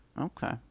Okay